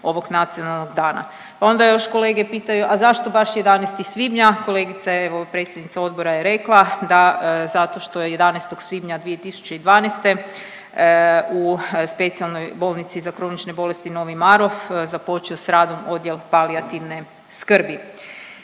ovog Nacionalnog dana. Onda još kolege pitaju a zašto baš 11. svibnja? Kolegica evo predsjednica odbora je rekla da zato što je 11. svibnja 2012. u Specijalnoj bolnici za kronične bolesti Novi Marof započeo sa radom odjel palijativne skrbi.